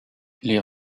les